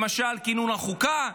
למשל כינון החוקה,